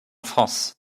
france